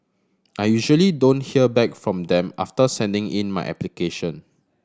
I usually don't hear back from them after sending in my application